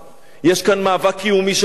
יש כאן מאבק קיומי של מדינה.